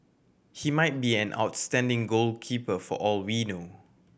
he might be an outstanding goalkeeper for all we know